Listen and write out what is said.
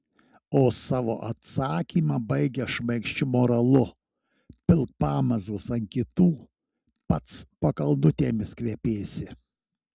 o savo atsakymą baigia šmaikščiu moralu pilk pamazgas ant kitų pats pakalnutėmis kvepėsi